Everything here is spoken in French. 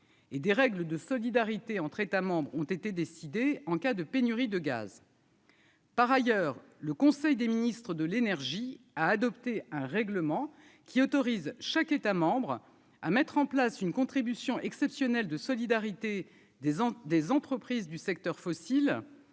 et des règles de solidarité entre États membres ont été décidées en cas de pénurie de gaz. Par ailleurs, le conseil des ministres de l'énergie a adopté un règlement qui autorise chaque État membre, à mettre en place une contribution exceptionnelle de solidarité des des entreprises du secteur fossiles